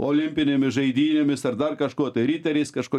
olimpinėmis žaidynėmis ar dar kažkuo tai riteriais kažko